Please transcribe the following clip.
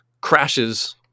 crashes